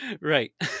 right